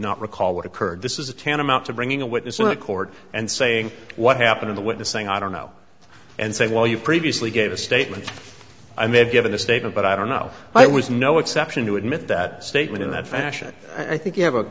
not recall what occurred this is a tantamount to bringing a witness in a court and saying what happened in the witness saying i don't know and say well you previously gave a statement i may have given a statement but i don't know i was no exception to admit that statement in that fashion i think you have a